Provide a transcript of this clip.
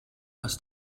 was